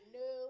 no